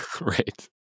Right